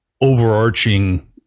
overarching